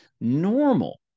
normal